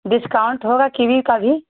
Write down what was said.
discount होगा kiwi का भी